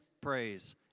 praise